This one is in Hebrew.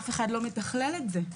אף אחד לא מתכלל את זה.